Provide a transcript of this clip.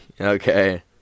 okay